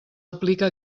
aplica